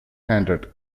handed